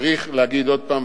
צריך להגיד עוד פעם,